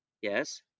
Yes